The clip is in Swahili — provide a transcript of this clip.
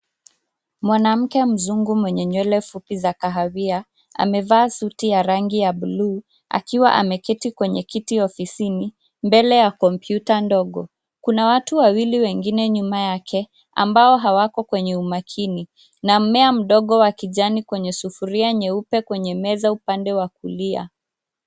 Mwanamuke mzungu mwenye nywele fupi za kahawia, amevaa suti ya rangi ya bluu, akiwa ameketi kwenye kiti ofisini, mbele ya kompyuta ndogo, kuna watu wawili wengine nyuma yake, ambao hawako kwenye umakini, na mmea mdogo wa kijani kwenye sufuria nyeupe kwenye meza upande wa kulia.